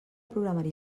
programari